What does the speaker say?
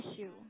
issue